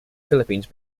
philippines